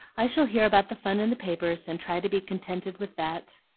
i shall hear about the fun in the papers, and try to be contented with that.